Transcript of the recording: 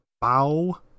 bow